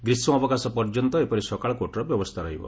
ଗ୍ରୀଷ୍ ଅବକାଶ ପର୍ଯ୍ୟନ୍ତ ଏପରି ସକାଳ କୋର୍ଟର ବ୍ୟବସ୍ରା ରହିବ